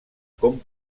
com